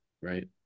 Right